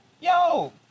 Yo